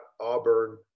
Auburn